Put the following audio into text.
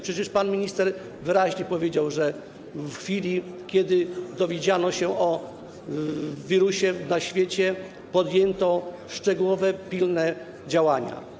Przecież pan minister wyraźnie powiedział, że w chwili gdy dowiedziano się o wirusie na świecie, podjęto szczegółowe, pilne działania.